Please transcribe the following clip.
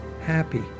happy